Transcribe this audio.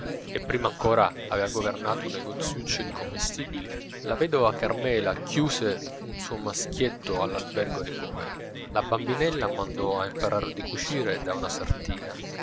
e prima ancora avea governato un negoziuccio di commestibili la vedova carmela chiuse un suo maschietto all'albergo dei poveri la bambinella mandò a imparar di cucire da una sartina